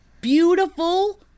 beautiful